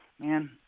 man